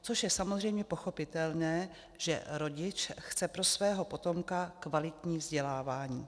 Což je samozřejmě pochopitelné, že rodič chce pro svého potomka kvalitní vzdělávání.